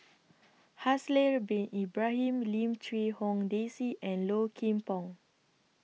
Haslir Bin Ibrahim Lim Quee Hong Daisy and Low Kim Pong